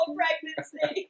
pregnancy